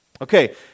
Okay